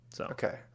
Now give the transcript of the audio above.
Okay